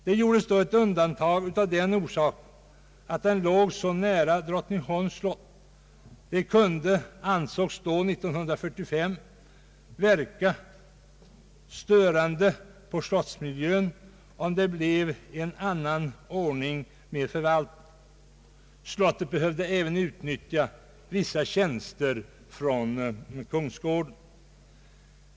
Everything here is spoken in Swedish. Det gjordes av den orsaken att denna kungsgård ligger mycket nära Drottningholms slott. Det kunde, ansågs det 1945, verka störande på slottsmiljön om det infördes en annan ordning beträffande förvaltningen. Slottet behövde även utnyttja vissa tjänster från kungsgården.